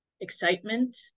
excitement